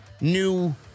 new